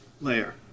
layer